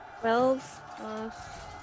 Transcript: twelve